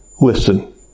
Listen